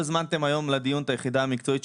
לא הזמנתם היום לדיון את היחידה המקצועית,